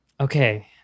Okay